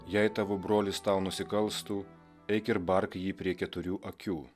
jei tavo brolis tau nusikalstų eik ir bark jį prie keturių akių